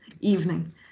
evening